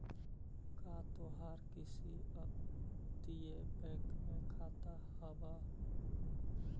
का तोहार किसी अपतटीय बैंक में खाता हाव